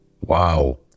Wow